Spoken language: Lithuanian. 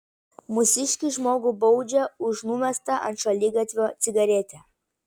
mūsiškį žmogų baudžia už numestą ant šaligatvio cigaretę